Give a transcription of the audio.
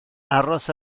aros